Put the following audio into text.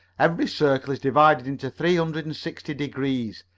every circle is divided into three hundred and sixty degrees,